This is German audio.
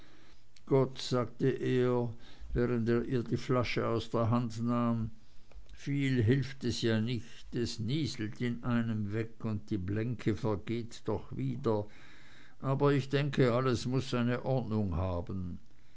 gott sagte er während er ihr die flasche aus der hand nahm viel hilft es ja nicht es nieselt in einem weg und die blänke vergeht doch wieder aber ich denke alles muß seine ordnung haben